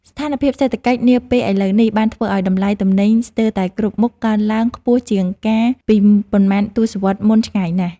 ស្ថានភាពសេដ្ឋកិច្ចនាពេលឥឡូវនេះបានធ្វើឱ្យតម្លៃទំនិញស្ទើរតែគ្រប់មុខកើនឡើងខ្ពស់ជាងកាលពីប៉ុន្មានទសវត្សរ៍មុនឆ្ងាយណាស់។